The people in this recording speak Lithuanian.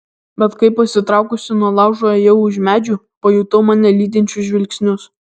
bet kai pasitraukusi nuo laužo ėjau už medžių pajutau mane lydinčius žvilgsnius